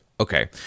Okay